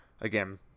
again